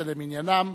למניינם,